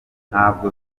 ntabwo